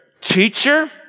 Teacher